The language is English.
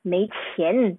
没钱